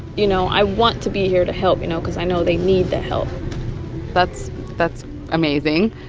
you know, i want to be here to help, you know, cause i know they need the help that's that's amazing.